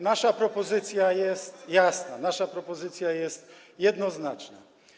Nasza propozycja jest jasna, nasza propozycja jest jednoznaczna.